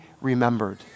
remembered